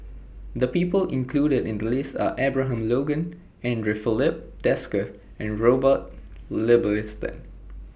The People included in The list Are Abraham Logan Andre Filipe Desker and Robert Ibbetson